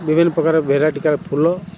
ବିଭିନ୍ନ ପ୍ରକାର ଭେରାଇଟିକାର ଫୁଲ